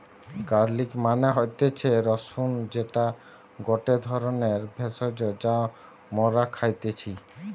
garlic মানে হতিছে রসুন যেটা গটে ধরণের ভেষজ যা মরা খাইতেছি